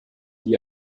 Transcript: die